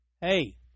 Hey